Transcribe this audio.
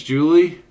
Julie